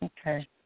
Okay